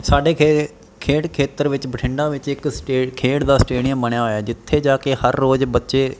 ਸਾਡੇ ਖੇ ਖੇਡ ਖੇਤਰ ਵਿੱਚ ਬਠਿੰਡਾ ਵਿੱਚ ਇੱਕ ਸਟੇਟ ਖੇਡ ਦਾ ਸਟੇਡੀਅਮ ਬਣਿਆ ਹੋਇਆ ਜਿੱਥੇ ਜਾ ਕੇ ਹਰ ਰੋਜ਼ ਬੱਚੇ